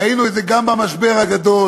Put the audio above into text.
ראינו את זה גם במשבר הגדול,